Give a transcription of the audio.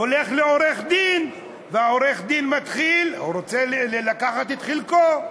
הולך לעורך-דין, והעורך-דין רוצה לקחת את חלקו,